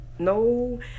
No